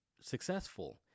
successful